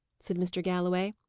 said mr. galloway,